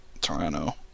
Toronto